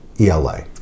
ELA